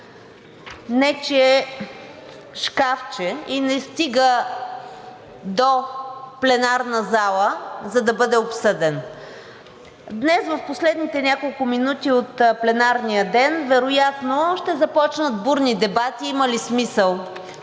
нечие шкафче и не стига до пленарната зала, за да бъде обсъден. Днес в последните няколко минути от пленарния ден вероятно ще започнат бурни дебати има ли смисъл